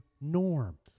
norm